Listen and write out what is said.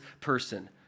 person